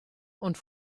und